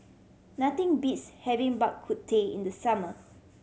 nothing beats having Bak Kut Teh in the summer